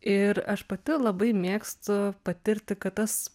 ir aš pati labai mėgstu patirti kad tas